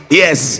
yes